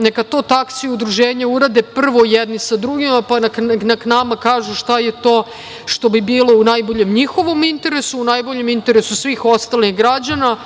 Neka to taksi udruženja urade prvo jedni sa drugima, pa nek nama kažu šta je to što bi bilo u njihovom najboljem interesu, u najboljem interesu svih ostalih građana,